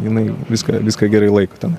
jinai viską viską gerai laiko tenai